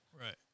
Right